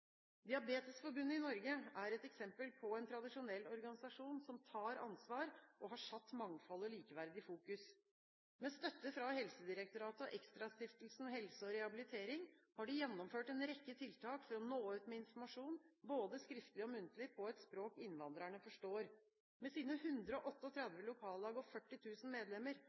Diabetesforbundet i Norge er et eksempel på en tradisjonell organisasjon som tar ansvar og har satt mangfold og likeverd i fokus. Med støtte fra Helsedirektoratet og ExtraStiftelsen Helse og Rehabilitering har de gjennomført en rekke tiltak for å nå ut med informasjon, både skriftlig og muntlig, på et språk innvandrerne forstår. Med sine 138 lokallag og 40 000 medlemmer har de en enorm kontaktflate og